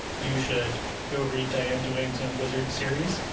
you should go read diane duane's young wizards series.